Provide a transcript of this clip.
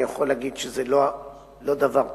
אני יכול להגיד שזה לא דבר פשוט,